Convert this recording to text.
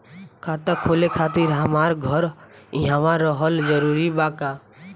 खाता खोले खातिर हमार घर इहवा रहल जरूरी बा का?